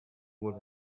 would